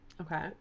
okay